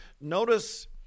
Notice